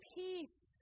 peace